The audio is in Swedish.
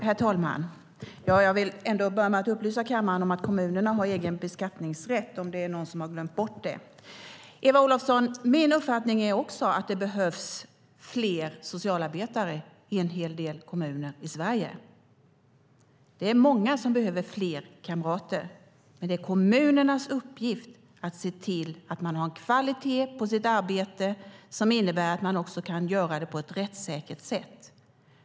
Herr talman! Jag vill börja med att upplysa kammaren om att kommunerna har egen beskattningsrätt, om någon har glömt bort det. Eva Olofsson! Min uppfattning är också att det behövs fler socialarbetare i en hel del kommuner i Sverige. Det är många som behöver fler kamrater. Det är dock kommunernas uppgift att se till att man har en kvalitet på sitt arbete som innebär att man kan göra det på ett rättssäkert sätt.